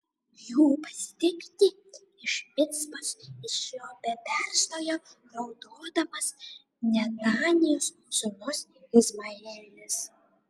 jų pasitikti iš micpos išėjo be perstojo raudodamas netanijos sūnus izmaelis